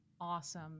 awesome